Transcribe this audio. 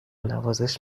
نوازش